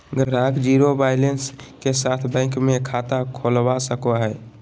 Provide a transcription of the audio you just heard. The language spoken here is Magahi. ग्राहक ज़ीरो बैलेंस के साथ बैंक मे खाता खोलवा सको हय